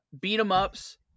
beat-em-ups